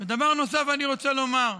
דבר נוסף אני רוצה לומר.